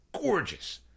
gorgeous